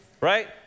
Right